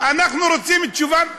אנחנו רוצים תשובה,